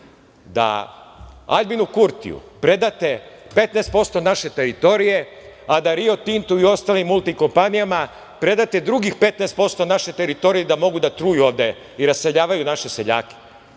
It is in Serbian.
da Aljbinu Kurtiju predate 15% naše teritorije, a da „Rio Tintu“ i ostalim kompanijama predate drugih 15% naše teritorije i da mogu da truju ovde i raseljavaju naše seljake?